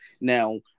Now